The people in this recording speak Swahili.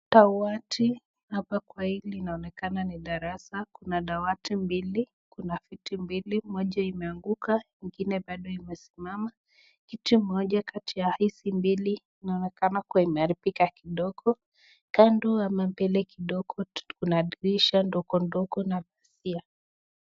Dawati hapa kwa hii linaonekana kuwa darasa. Kuna dawati mbili, kuna viti mbili moja imeanguka ingine bado imesimama kiti moja kati ya hizi mbili inaonekana kwenye imeharibika kidogo, kando ama mbele kidogo kuna dirisha ndogondogo na pazia.